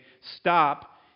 stop